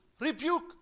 Rebuke